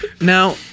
Now